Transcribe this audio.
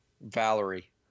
Valerie